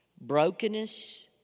Brokenness